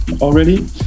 already